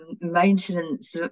maintenance